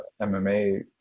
MMA